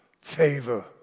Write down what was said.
Favor